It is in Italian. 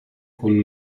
con